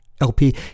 LP